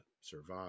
survive